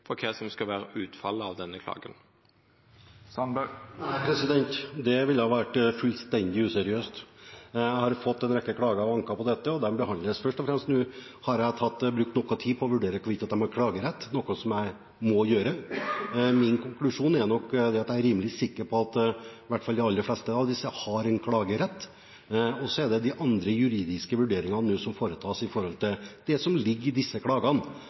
for kva som skal vera utfallet av denne klagen? Nei, det ville vært fullstendig useriøst. Jeg har fått en rekke klager og anker på dette, og de behandles. Først og fremst har jeg brukt noe tid på å vurdere hvorvidt de har klagerett, noe som jeg må gjøre. Min konklusjon er nok at jeg er rimelig sikker på at i hvert fall de aller fleste av disse har klagerett. Så er det de andre juridiske vurderingene som nå foretas, om det som ligger i